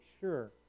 sure